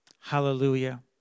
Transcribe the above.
hallelujah